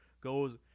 goes